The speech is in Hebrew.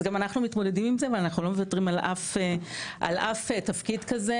אז גם אנחנו מתמודדים עם זה ואנחנו לא מוותרים על אף תפקיד כזה,